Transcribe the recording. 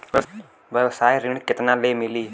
व्यवसाय ऋण केतना ले मिली?